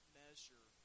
measure